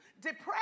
depressed